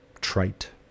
trite